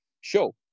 show